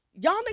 y'all